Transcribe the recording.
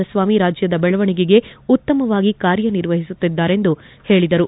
ಕುಮಾರಸ್ವಾಮಿ ರಾಜ್ಯದ ಬೆಳವಣಿಗೆಗೆ ಉತ್ತಮವಾಗಿ ಕಾರ್ಯನಿರ್ವಹಿಸುತ್ತಿದ್ದಾರೆಂದು ಹೇಳದರು